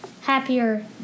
happier